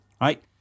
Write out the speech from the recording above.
right